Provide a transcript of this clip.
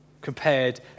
compared